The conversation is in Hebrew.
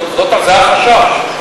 זה החשש.